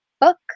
book